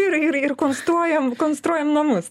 ir ir ir konstruojam konstruojam namus